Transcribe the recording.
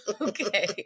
Okay